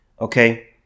Okay